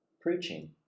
preaching